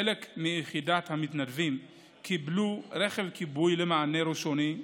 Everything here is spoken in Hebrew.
חלק מיחידות המתנדבים קיבלו רכב כיבוי למענה ראשוני.